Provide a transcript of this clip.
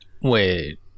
Wait